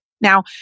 Now